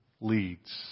...leads